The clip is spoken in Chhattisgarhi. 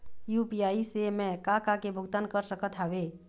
यू.पी.आई से मैं का का के भुगतान कर सकत हावे?